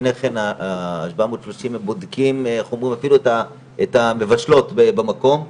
ולפני כן ה-730 בודקים אפילו את המבשלות במקום,